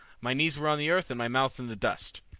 my knees were on the earth and my mouth in the dust.